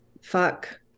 Fuck